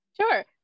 Sure